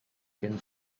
can